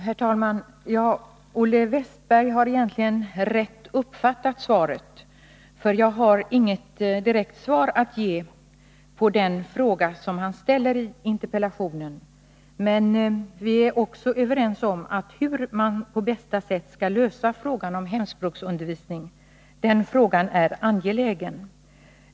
Herr talman! Olle Wästberg har egentligen uppfattat svaret rätt — jag har inget direkt svar att ge på den fråga som han ställer i interpellationen. Men vi är överens om att frågan om hur man på bästa sätt skall ordna hemspråksundervisningen är angelägen.